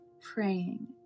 praying